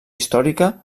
històrica